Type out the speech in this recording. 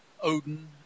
Odin